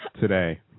today